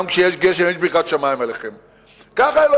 גם כשיש גשם יש ברכת שמים עליכם,